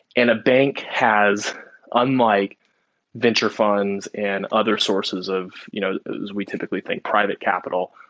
and a bank has unlike venture funds and other sources of you know as we typically think, private capital.